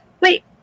Wait